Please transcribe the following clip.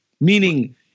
Meaning